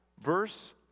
Verse